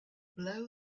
blow